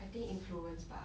I think influenced 吧